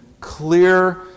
clear